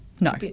No